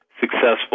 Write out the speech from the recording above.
successful